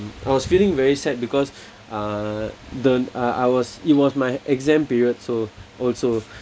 I was feeling very sad because uh the uh I was it was my exam period so also